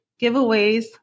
giveaways